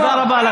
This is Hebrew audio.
תודה רבה.